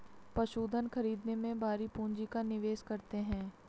पशुधन खरीदने में भारी पूँजी का निवेश करते हैं